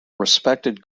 respected